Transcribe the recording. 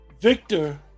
Victor